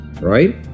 right